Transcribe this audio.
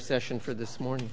session for this morning